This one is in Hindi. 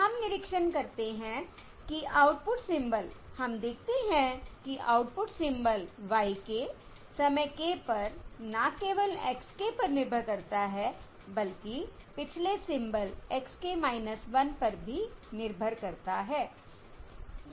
हम निरीक्षण करते हैं कि आउटपुट सिंबल हम देखते हैं कि आउटपुट सिंबल y k समय k पर न केवल x k पर निर्भर करता है बल्कि पिछले सिंबल x k 1 पर भी निर्भर करता है